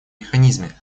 механизме